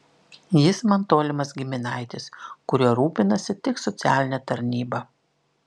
jis man tolimas giminaitis kuriuo rūpinasi tik socialinė tarnyba